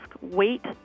wait